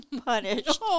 punished